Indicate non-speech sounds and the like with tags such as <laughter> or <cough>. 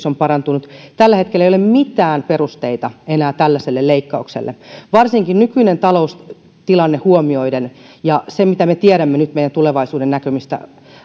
<unintelligible> on parantunut tällä hetkellä ei ole enää mitään perusteita tällaiselle leikkaukselle varsinkin nykyinen taloustilanne huomioiden ja se mitä me nyt tiedämme meidän tulevaisuudennäkymistä